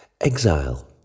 Exile